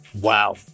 Wow